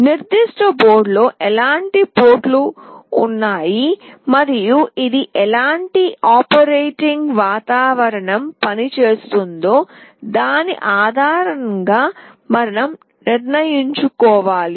నిర్దిష్ట బోర్డులో ఎలాంటి పోర్టులు ఉన్నాయి మరియు ఇది ఎలాంటి ఆపరేటింగ్ వాతావరణం పనిచేస్తుందో దాని ఆధారంగా మనం నిర్ణయించుకోవాలి